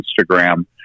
instagram